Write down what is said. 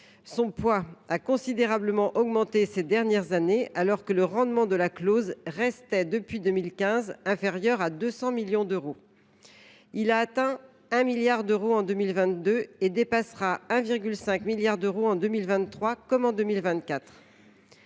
Son poids a considérablement augmenté ces dernières années : alors que le rendement de la clause restait, depuis 2015, inférieur à 200 millions d’euros, il a atteint 1 milliard d’euros en 2022 et dépassera 1,5 milliard d’euros en 2023, comme en 2024.